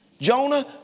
Jonah